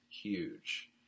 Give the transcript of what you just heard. huge